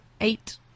eight